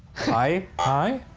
hi, hi.